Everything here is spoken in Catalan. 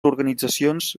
organitzacions